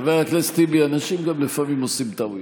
חבר הכנסת טיבי, אנשים גם לפעמים עושים טעויות.